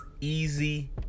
easy